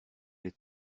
est